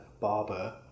Barber